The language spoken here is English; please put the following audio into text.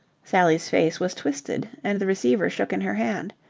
sally's face was twisted and the receiver shook in her hand.